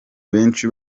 abenshi